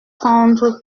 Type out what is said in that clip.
prendre